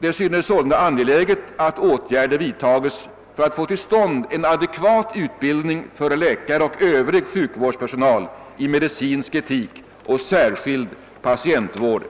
Det synes sålunda angeläget att åtgärder vidtages för att få till stånd en adekvat utbildning för läkare och övrig sjukvårdspersonal i medicinsk etik och särskild patientvård.